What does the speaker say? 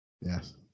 Yes